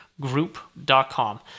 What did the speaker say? group.com